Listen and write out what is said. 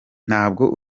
ntabwo